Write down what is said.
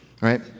right